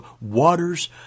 waters